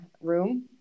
room